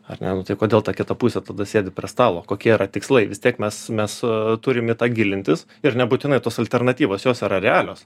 ar ne nu tai kodėl tokia ta pusė tada sėdi prie stalo kokie yra tikslai vis tiek mes mes turim į tą gilintis ir nebūtinai tos alternatyvos jos yra realios